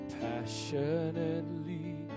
passionately